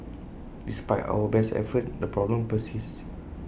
despite our best efforts the problem persists